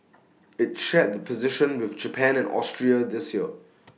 IT shared the position with Japan and Austria this year